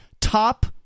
top